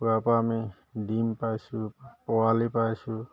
কুকুৰাৰপৰা আমি ডিম পাইছোঁ পোৱালি পাইছোঁ